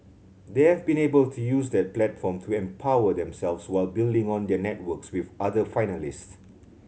they have been able to use that platform to empower themselves while building on their networks with other finalists